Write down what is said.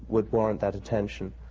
would warrant that attention.